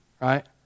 right